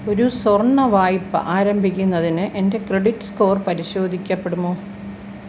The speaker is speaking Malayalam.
ഒരു സ്വർണ്ണ വായ്പ ആരംഭിക്കുന്നതിന് എൻ്റെ ക്രെഡിറ്റ് സ്കോർ പരിശോധിക്കപ്പെടുമോ